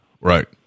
Right